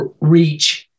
reach